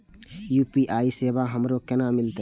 UPI सेवा हमरो केना मिलते?